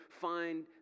find